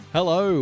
Hello